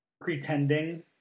pretending